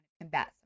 combat